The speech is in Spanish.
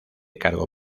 cargo